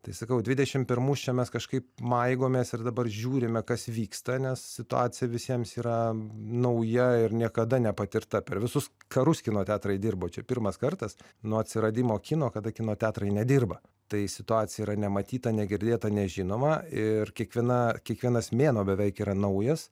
tai sakau dvidešimt pirmus čia mes kažkaip maigomės ir dabar žiūrime kas vyksta nes situacija visiems yra nauja ir niekada nepatirta per visus karus kino teatrai dirbo čia pirmas kartas nuo atsiradimo kino kada kino teatrai nedirba tai situacija yra nematyta negirdėta nežinoma ir kiekviena kiekvienas mėnuo beveik yra naujas